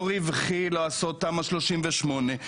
לא רווחי לעשות תמ"א 38,